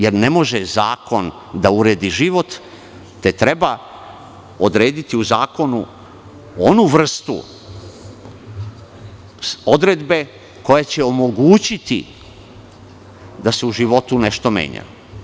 Zakon ne može da uredi život, te treba odrediti u zakonu onu vrstu odredbe koja će omogućiti da se u životu nešto menja.